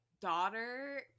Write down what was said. daughter